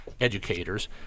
educators